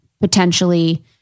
potentially